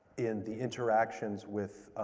in the interactions with